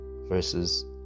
versus